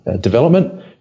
development